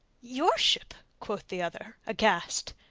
your ship? quoth the other, aghast,